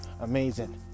Amazing